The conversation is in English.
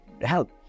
help